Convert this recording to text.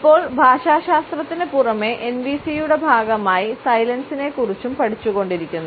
ഇപ്പോൾ ഭാഷാശാസ്ത്രത്തിനുപുറമെ എൻവിസിയുടെ ഭാഗമായി സൈലൻസിനെ കുറിച്ചും പഠിച്ചുകൊണ്ടിരിക്കുന്നു